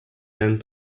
hand